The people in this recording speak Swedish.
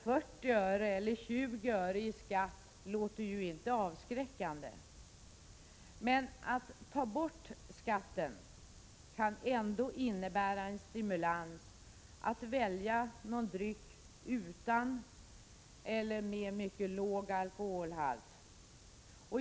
40 öre eller 20 öre i skatt låter ju inte avskräckande. Men att ta bort skatten skulle ändå kunna innebära en stimulans att välja någon dryck utan eller med mycket låg alkoholhalt.